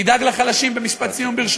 ברשותך, משפט סיום.